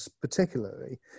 particularly